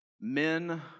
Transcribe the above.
Men